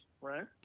right